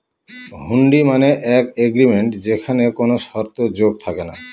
হুন্ডি মানে এক এগ্রিমেন্ট যেখানে কোনো শর্ত যোগ থাকে না